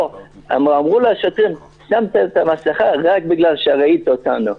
אמרו לה השוטרים: שמת את המסכה רק בגלל שראית אותנו.